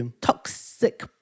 toxic